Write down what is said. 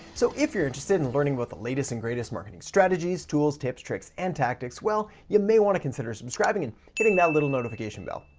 so, if you're interested in learning about the latest and greatest marketing strategies, tools, tips, tricks, and tactics, well you may want to consider subscribing and hitting that little notification bell.